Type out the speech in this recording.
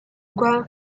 grown